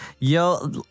Yo